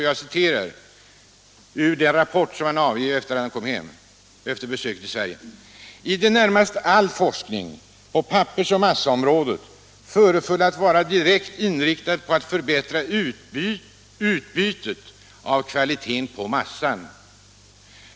Jag citerar ur den rapport han avgav efter det han kom hem från sitt besök i Sverige: ”-—-— i det närmaste all forskning på pappersoch massaområdet föreföll att vara direkt inriktad på att förbättra utbytet av kvaliteten på massan.